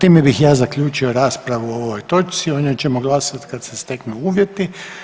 Time bih ja zaključio raspravu o ovoj točci, o njoj ćemo glasati kad se steknu uvjeti.